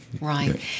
right